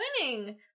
winning